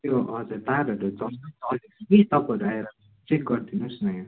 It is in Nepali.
त्यो हजुर तारहरू जम्मै जलेको छ कि तपाईँहरू आएर चेक गरिदिनु होस् न यो